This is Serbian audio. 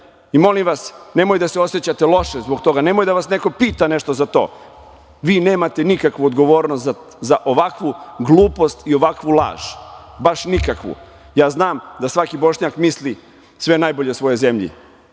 I molim vas, nemojte da se osećate loše zbog toga, nemoj da vas neko pita nešto za to. Vi nemate nikakvu odgovornost za ovakvu glupost i ovakvu laž, baš nikakvu. Ja znam da svaki Bošnjak misli sve najbolje o svojoj zemlji